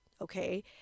okay